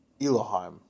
Elohim